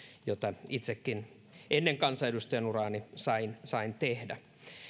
jota itsekin ennen kansanedustajan uraani sain sain tehdä